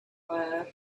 club